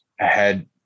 ahead